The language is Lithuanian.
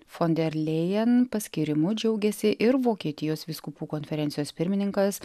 fon der lėjan paskyrimu džiaugėsi ir vokietijos vyskupų konferencijos pirmininkas